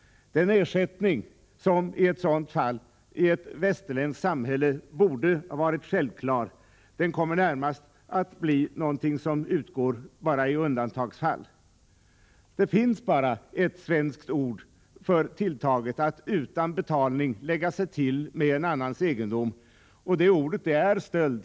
Den ersättning som i ett sådant fall i ett västerländskt samhälle borde vara självklar kommer närmast att bli något som utgår bara i undantagsfall. Det finns bara ett svenskt ord för tilltaget att utan betalning lägga sig till med annans egendom, och det ordet är stöld.